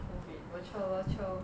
okay virtual virtual